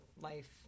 life